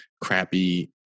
crappy